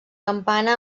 campana